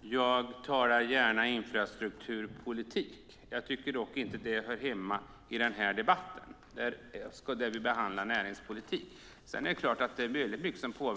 Fru talman! Jag diskuterar gärna infrastrukturpolitik. Jag tycker dock inte att det hör hemma i den här debatten där vi behandlar näringspolitiken. Det är klart att det är mycket som ingår